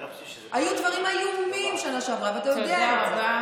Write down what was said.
אני לא חושב שזה קורה.